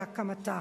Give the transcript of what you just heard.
בהקמתה.